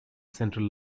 central